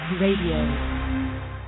RADIO